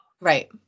Right